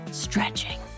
stretching